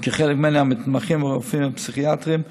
וכחלק ממנו המתמחים והרופאים הפסיכיאטרים,